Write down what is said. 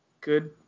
good